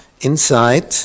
Inside